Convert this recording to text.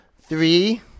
Three